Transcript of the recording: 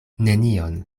nenion